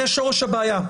זה שורש הבעיה.